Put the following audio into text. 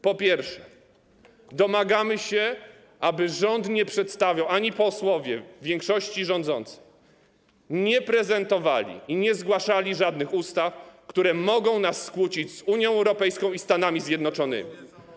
Po pierwsze, domagamy się, aby ani rząd nie przedstawiał, ani posłowie większości rządzącej nie prezentowali i nie zgłaszali żadnych ustaw, które mogą nas skłócić z Unią Europejską i ze Stanami Zjednoczonymi.